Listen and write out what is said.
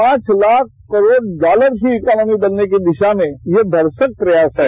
पांच लाख करोड़ डॉलर की इकॉनोमी बनने की दिशा में ये भरसक प्रयास है